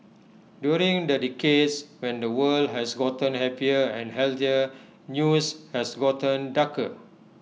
during the decades when the world has gotten happier and healthier news has gotten darker